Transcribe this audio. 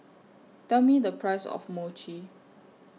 Tell Me The Price of Mochi